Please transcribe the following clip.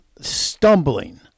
stumbling